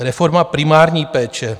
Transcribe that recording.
Reforma primární péče.